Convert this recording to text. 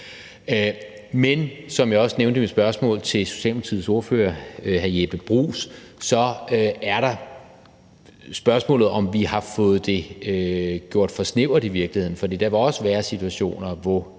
Men som jeg også nævnte i mit spørgsmål til Socialdemokratiets ordfører, hr. Jeppe Bruus, er der spørgsmålet om, om vi i virkeligheden har fået gjort det for snævert. For der vil også være situationer, hvor